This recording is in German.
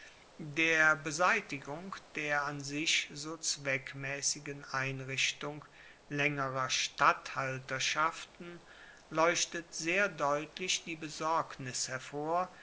der beseitigung der an sich so zweckmaessigen einrichtung laengerer statthalterschaften leuchtet sehr deutlich die besorgnis hervor